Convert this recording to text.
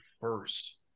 first